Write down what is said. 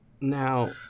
Now